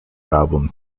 album